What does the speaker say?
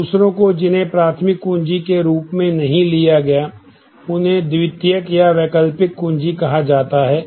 तो दूसरों को जिन्हें प्राथमिक कुंजी के रूप में नहीं लिया गया उन्हें द्वितीयक या वैकल्पिक कुंजी कहा जाता है